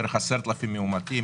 10,000 מאומתים.